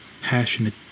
passionate